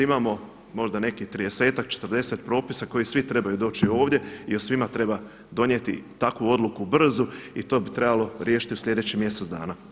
Imamo možda nekih tridesetak, četrdeset propisa koji svi trebaju doći ovdje, jer svima treba donijeti takvu odluku brzu i to bi trebalo riješiti u sljedećih mjesec dana.